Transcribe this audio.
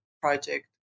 project